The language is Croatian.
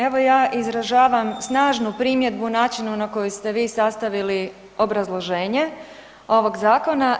Evo, ja izražavam snažnu primjedbu načinu na koji ste vi sastavili obrazloženje ovog zakona.